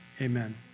Amen